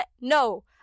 No